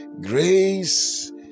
Grace